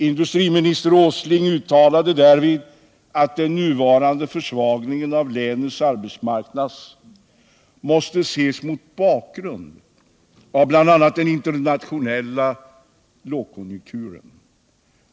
Industriminister Åsling uttalade därvid att den nuvarande försvagningen av länets arbetsmarknad måste ses mot bakgrund av bl.a. den internationella lågkonjunkturen.